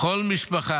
לכל משפחה